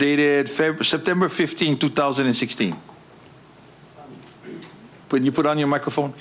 dated favre september fifteenth two thousand and sixty when you put on your microphone